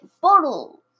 bottles